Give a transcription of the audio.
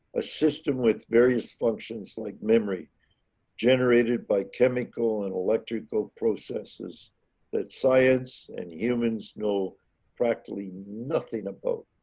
a system with various functions like memory generated by chemical and electrical processes that science and humans know practically nothing about